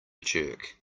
jerk